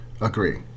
agree